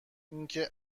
اینکه